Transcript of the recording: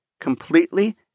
completely